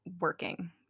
working